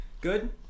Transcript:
Good